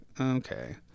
okay